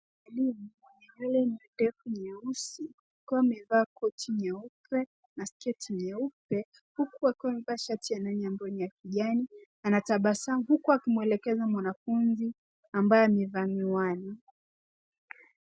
Nyeusi. Akiwa amevaa koti nyeupe na sketi nyeupe, huku amevaa shati ya ndani ambayo ni ya kijani. Anatabasamu huku akimwelekeza mwanafunzi ambaye amevaa miwani.